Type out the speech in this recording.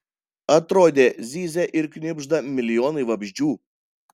atrodė zyzia ir knibžda milijonai vabzdžių